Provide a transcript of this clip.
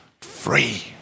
free